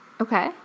Okay